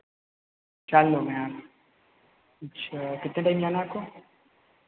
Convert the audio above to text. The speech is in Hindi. चार लोग हैं आप अच्छा कितने टाइम जाना है आपको